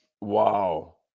Wow